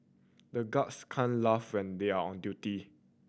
the guards can laugh and they are on duty